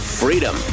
freedom